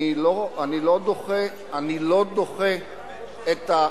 אני לא דוחה את,